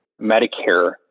Medicare